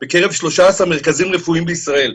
בקרב 13 מרכזים רפואיים בישראל,